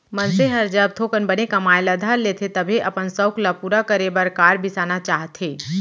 मनसे हर जब थोकन बने कमाए ल धर लेथे तभे अपन सउख ल पूरा करे बर कार बिसाना चाहथे